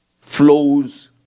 flows